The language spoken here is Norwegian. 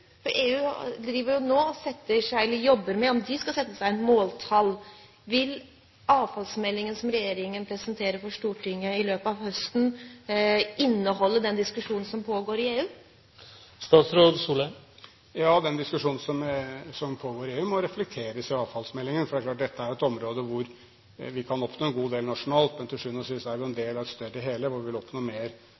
for EU jobber nå med om de skal sette seg måltall. Vil avfallsmeldingen som regjeringen presenterer for Stortinget i løpet av høsten, inneholde den diskusjonen som pågår i EU? Ja, den diskusjonen som pågår i EU, må reflekteres i avfallsmeldingen. Dette er et område hvor vi kan oppnå en god del nasjonalt, men til sjuende og sist er det en del av et større hele, hvor vi vil oppnå mer